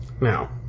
Now